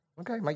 Okay